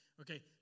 Okay